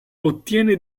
ottiene